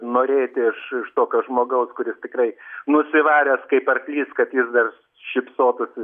norėti iš iš tokio žmogaus kuris tikrai nusivaręs kaip arklys kad jis dar šypsotųsi